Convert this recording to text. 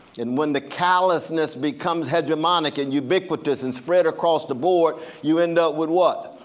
and when the callousness becomes hedramonic and ubiquitous and spread across the board you end up with what,